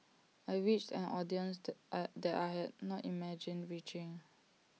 I reached an audience that I had not imagined reaching